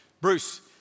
Bruce